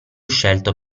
scelto